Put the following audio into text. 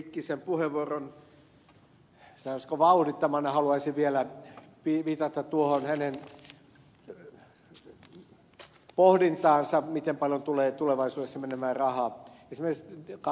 hannakaisa heikkisen puheenvuoron sanoisiko vauhdittamana haluaisin vielä viitata tuohon hänen pohdintaansa miten paljon tulee tulevaisuudessa menemään rahaa esimerkiksi kakkosluokan diabetekseen